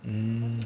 mm